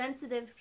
sensitive